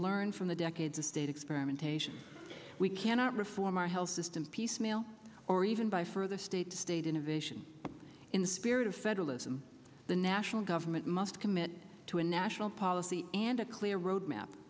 learn from the decades of state experimentation we cannot reform our health system piecemeal or even buy for the state state innovation in the spirit of federalism the national government must commit to a national policy and a clear roadmap